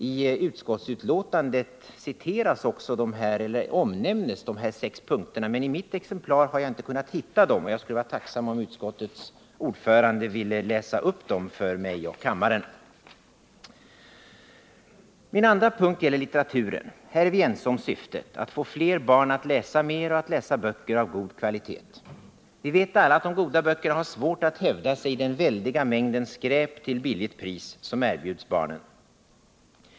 I utskottsbetänkandet omnämns också de här sex punkterna, men i mitt exemplar har jag inte kunnat hitta dem. Jag skulle vara tacksam om utskottets ordförande ville läsa upp dem för mig och kammaren. Min andra punkt gäller litteraturen. Här är vi ense om syftet — att få fler barn att läsa mer och att läsa böcker av god kvalitet. Vi vet alla att de goda böckerna har svårt att hävda sig i den väldiga mängd skräp till billigt pris som erbjuds barnen.